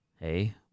Hey